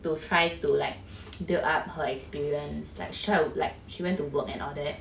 to try to like build up her experience like sort of like she went to work and all that